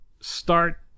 start